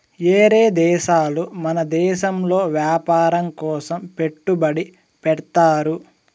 ఏరే దేశాలు మన దేశంలో వ్యాపారం కోసం పెట్టుబడి పెడ్తారు